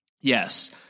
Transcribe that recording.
Yes